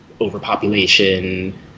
overpopulation